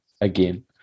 again